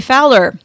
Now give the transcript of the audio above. Fowler